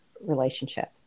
relationship